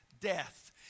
death